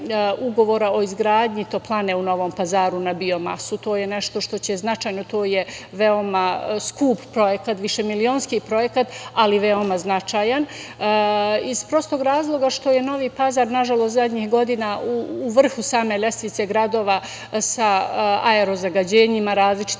Ugovora o izgradnji toplane u Novom Pazaru na biomasu, to je nešto što će značajno, to je veoma skup projekat, više milionski projekat, ali veoma značajan iz prostog razloga što je Novi Pazar nažalost zadnjih godina u vrhu same lestvice gradova sa aerozagađenjima različitim